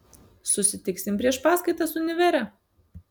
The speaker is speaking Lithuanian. susitiksim prieš paskaitas univere